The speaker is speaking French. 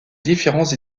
différents